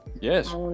yes